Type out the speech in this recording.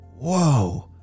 Whoa